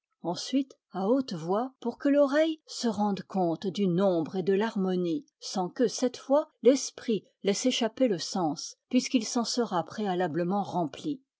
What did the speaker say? ensuite à haute voix pour que l'oreille se rende compte du nombre et de l'harmonie sans que cette fois l'esprit laisse échapper le sens puisqu'il s'en sera préalablement rempli